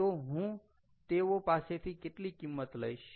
તો હું તેઓ પાસેથી કેટલી કિંમત લઈશ